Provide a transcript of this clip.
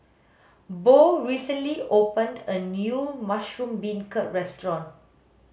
Bo recently opened a new mushroom beancurd restaurant